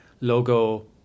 logo